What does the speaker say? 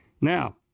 Now